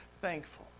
thankful